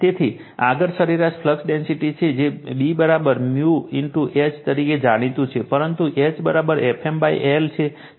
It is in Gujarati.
તેથી આગળ સરેરાશ ફ્લક્સ ડેન્સિટી છે તે B 𝜇 H તરીકે જાણીતું છે પરંતુ H Fm l છે